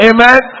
Amen